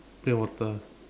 plain water